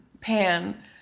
pan